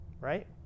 right